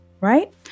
right